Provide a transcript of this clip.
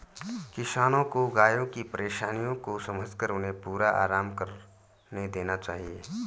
किसानों को गायों की परेशानियों को समझकर उन्हें पूरा आराम करने देना चाहिए